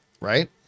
right